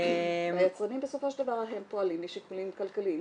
היצרנים בסופו של דבר הם פועלים משיקולים כלכליים.